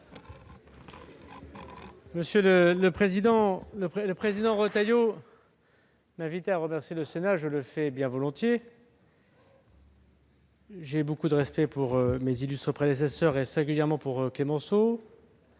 Monsieur Retailleau, vous m'avez invité à remercier le Sénat, ce que je fais bien volontiers. J'ai beaucoup de respect pour mes illustres prédécesseurs, et singulièrement pour Clemenceau